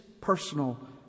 personal